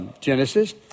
Genesis